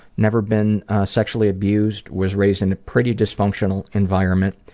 never been sexually abused. was raised in a pretty dysfunctional environment.